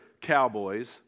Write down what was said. cowboys